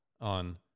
on